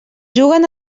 juguen